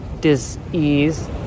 dis-ease